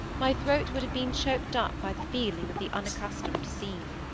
my throat would have been choked up by the feeling of the unaccustomed scene.